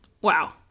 Wow